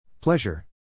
Pleasure